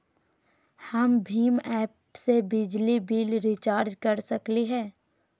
हम भीम ऐप से बिजली बिल रिचार्ज कर सकली हई?